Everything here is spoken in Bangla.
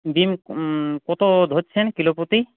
ডিম কত ধরছেন কিলো প্রতি